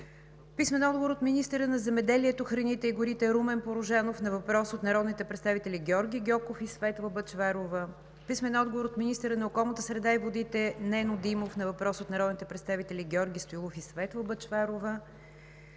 Писмени отговори и от: - министъра на земеделието, храните и горите Румен Порожанов на въпрос от народните представители Георги Гьоков и Светла Бъчварова; - министъра на околната среда и водите Нено Димов на въпрос от народните представители Георги Стоилов и Светла Бъчварова;